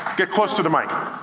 get close to the mic.